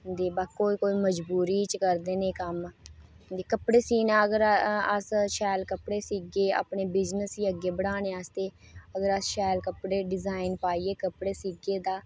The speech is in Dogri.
कोई कोई मजबूरी च करदे न एह् कम्म कपड़े सीना अगर अस शैल कपड़े सीह्गे अपने बिज़नेस गी अग्गें बढ़ाने आस्तै अगर अस शैल डिजाईन पाइयै कपड़े सीह्गे तां